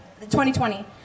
2020